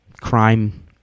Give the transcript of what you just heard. crime